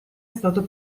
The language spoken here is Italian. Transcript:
stato